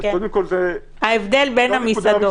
ההבדל בין המסעדות.